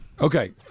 Okay